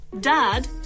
Dad